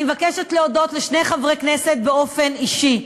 אני מבקשת להודות לשני חברי כנסת באופן אישי,